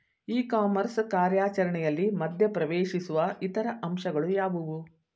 E commerce ಕಾರ್ಯಾಚರಣೆಯಲ್ಲಿ ಮಧ್ಯ ಪ್ರವೇಶಿಸುವ ಇತರ ಅಂಶಗಳು ಯಾವುವು?